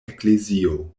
eklezio